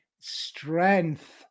strength